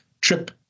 trip